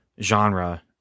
genre